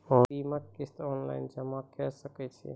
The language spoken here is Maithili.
बीमाक किस्त ऑनलाइन जमा कॅ सकै छी?